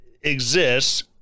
exists